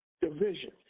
division